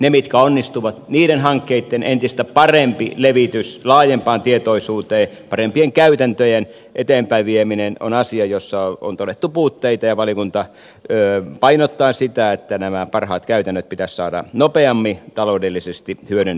ne mitkä onnistuvat niiden hankkeitten entistä parempi levitys laajempaan tietoisuuteen parempien käytäntöjen eteenpäinvieminen on asia jossa on todettu puutteita ja valiokunta painottaa sitä että nämä parhaat käytännöt pitäisi saada nopeammin taloudellisesti hyödynnetyksi